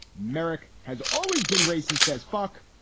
merrick has always been racist as fuck,